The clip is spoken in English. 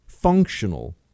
Functional